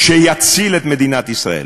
שיציל את מדינת ישראל.